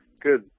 Good